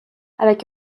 avec